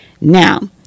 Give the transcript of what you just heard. now